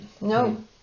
No